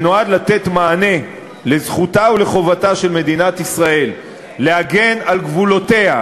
שנועד לתת מענה לזכותה ולחובתה של מדינת ישראל להגן על גבולותיה,